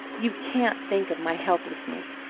you can't think of my helplessness!